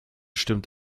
stimmt